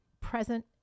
present